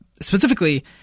specifically